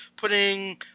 putting